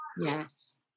yes